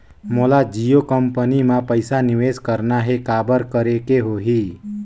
मोला जियो कंपनी मां पइसा निवेश करना हे, काबर करेके होही?